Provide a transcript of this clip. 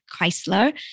Chrysler